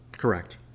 Correct